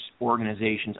organizations